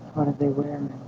they wearing?